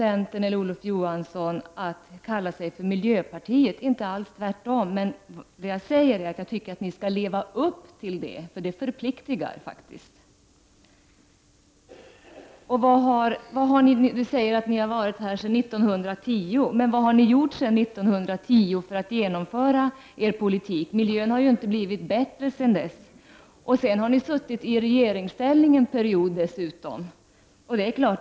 Jag missunnar inte centern att kalla sig miljöparti, tvärtom, men jag tycker också att ni skall leva upp till den beteckningen, för den förpliktigar faktiskt. Ni säger att ni har varit här sedan 1910, men vad har ni gjort sedan dess för att genomföra er politik? Miljön har ju inte blivit bättre sedan 1910. Ni har dessutom under en period suttit i regeringsställning.